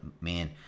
man